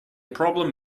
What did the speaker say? problem